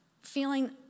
feeling